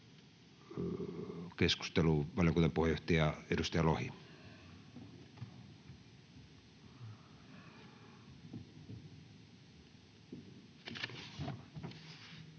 Keskustelu, valiokunnan puheenjohtaja, edustaja